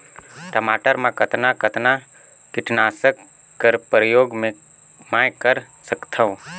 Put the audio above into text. टमाटर म कतना कतना कीटनाशक कर प्रयोग मै कर सकथव?